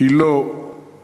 היא לא יהודית.